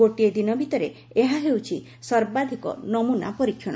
ଗୋଟିଏ ଦିନ ଭିତରେ ଏହା ହେଉଛି ସର୍ବାଧିକ ନମୁନା ପରୀକ୍ଷଣ